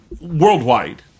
Worldwide